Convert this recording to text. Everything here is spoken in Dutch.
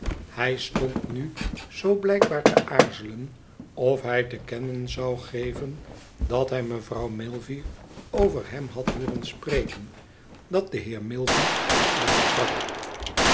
hij stond nu zoo blijkbaar te aarzelen of hij te kennen zou geven dat hij mevrouw milvey over hem had hooren spreken dat de heer milvey hem aansprak